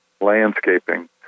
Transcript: landscaping